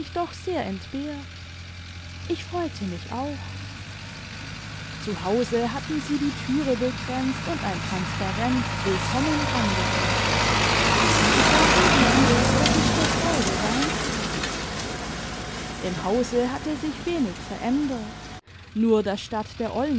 doch sehr entbehrt ich freute mich auch zu hause hatten sie die türe bekränzt und ein transparent willkommen angebracht ich war so gerührt daß ich vor freude weihte im hause hatte sich wenig verändert nur daß statt der